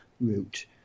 route